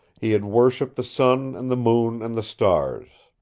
he had worshipped the sun and the moon and the stars.